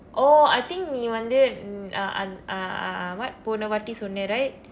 oh I think நீ வந்து:nii vandthu mm ah and~ ah ah ah [what] போன வாட்டி சொன்ன:poona vaatdi sonna right